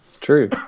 true